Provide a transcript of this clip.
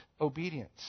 obedience